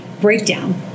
breakdown